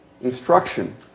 instruction